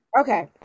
Okay